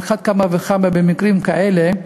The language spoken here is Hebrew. על אחת כמה וכמה במקרים כאלה,